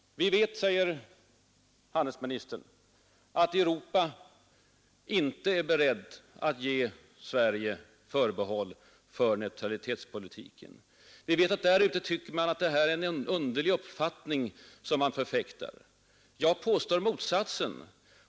Vi vet, säger handelsministern, att Europa inte är berett att ge Sverige förbehåll för neutralitetspolitiken. Ute i Europa tycker man — sade herr Feldt att vi hävdar en besynnerlig uppfattning. Det är inte sant.